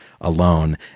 alone